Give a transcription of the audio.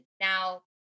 now